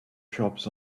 shops